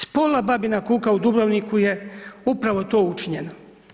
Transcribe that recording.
S pola Babina Kuka u Dubrovniku je upravo to učinjeno.